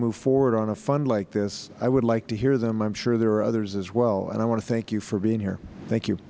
move forward on a fund like this i would like to hear them i am sure there are others as well i want to thank you for being here thank you